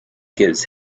gives